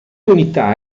unità